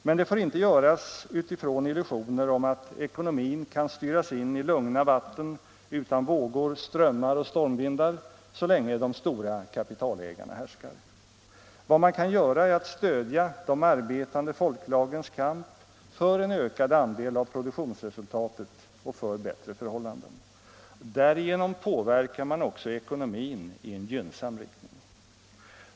Men det får inte göras utifrån illusioner om att ekonomin kan styras in i lugna vatten utan vågor, strömmar och stormvindar så länge de stora kapitalägarna härskar. Vad man kan göra är att stödja de arbetande folklagrens kamp för en ökad andel av produktionsresultatet och för bättre förhållanden. Därigenom påverkar man också ekonomin i en gynnsam riktning.